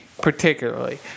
particularly